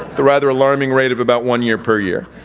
the rather alarming rate of about one year per year.